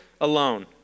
alone